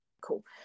cool